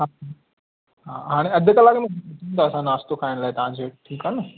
हा हाणे अधु कलाक में त असां नाश्तो खाइण लाइ तव्हां जे ठीकु आहे न